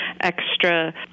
extra